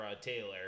Taylor